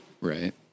Right